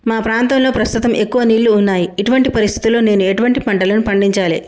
మా ప్రాంతంలో ప్రస్తుతం ఎక్కువ నీళ్లు ఉన్నాయి, ఇటువంటి పరిస్థితిలో నేను ఎటువంటి పంటలను పండించాలే?